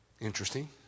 Interesting